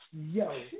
Yo